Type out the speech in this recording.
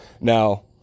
now